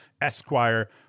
Esquire